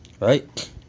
Right